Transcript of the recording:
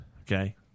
Okay